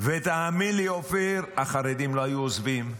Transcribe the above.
ותאמין לי, אופיר, החרדים לא היו עוזבים,